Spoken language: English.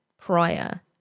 prior